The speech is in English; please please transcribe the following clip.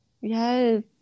Yes